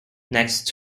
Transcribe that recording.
next